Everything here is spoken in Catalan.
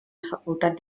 facultat